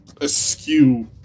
askew